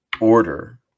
order